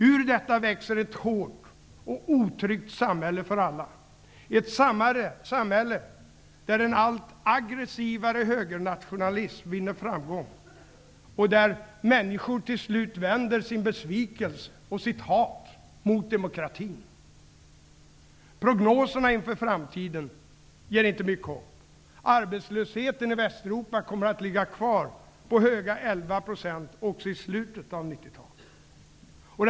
Ur detta växer ett hårt och otryggt samhälle för alla, ett samhälle där en allt aggressivare högernationalism vinner framgång, och där människor till slut vänder sin besvikelse och sitt hat mot demokratin. Prognoserna inför framtiden ger inte mycket hopp. Arbetslösheten i Västeuropa kommer att ligga kvar på höga 11 % också i slutet av 90-talet.